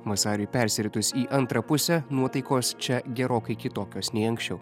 vasariui persiritus į antrą pusę nuotaikos čia gerokai kitokios nei anksčiau